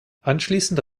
anschließend